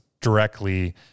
directly